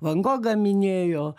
van gogą minėjo